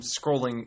scrolling